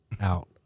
out